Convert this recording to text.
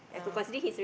uh